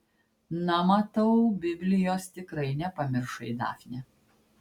na matau biblijos tikrai nepamiršai dafne